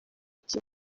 iki